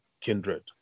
kindred